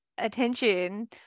attention